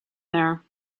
there